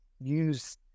use